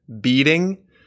beating